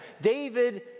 David